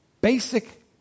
basic